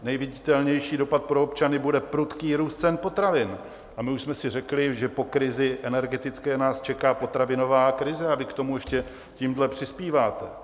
Nejviditelnější dopad pro občany bude prudký růst cen potravin, a my už jsme si řekli, že po krizi energetické nás čeká potravinová krize, a vy k tomu ještě tímto přispíváte.